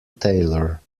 taylor